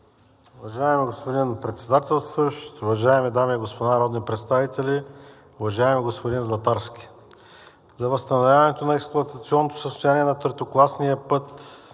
Уважаеми господин Председател, уважаеми дами и господа народни представители, уважаеми господин Златарски! За възстановяването на експлоатационното състояние на третокласния път